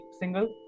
single